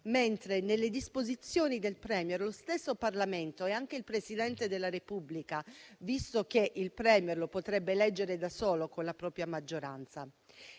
mette nelle disposizioni del *Premier* lo stesso Parlamento e anche il Presidente della Repubblica, visto che il *Premier* lo potrebbe eleggere da solo con la propria maggioranza.